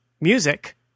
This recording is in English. music